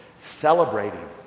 celebrating